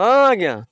ହଁ ଆଜ୍ଞା